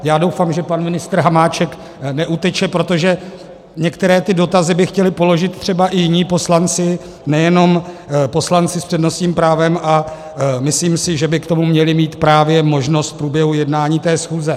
Já doufám, že pan ministr Hamáček neuteče, protože některé ty dotazy by chtěli položit i jiní poslanci, nejenom poslanci s přednostním právem, a myslím si, že by k tomu měli mít právě možnost v průběhu jednání té schůze.